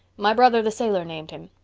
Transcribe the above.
my brother the sailor named him.